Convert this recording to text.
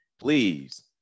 Please